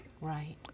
Right